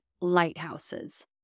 lighthouses